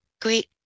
great